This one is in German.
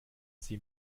sie